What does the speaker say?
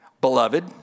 beloved